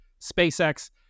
SpaceX